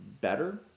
better